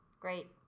Great